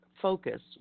focus